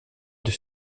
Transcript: des